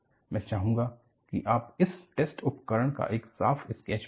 मैं चाहूंगा कि आप इस टेस्ट उपकरण का एक साफ स्केच बनाएं